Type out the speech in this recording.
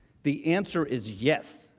the answer is yes.